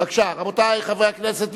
רבותי חברי הכנסת,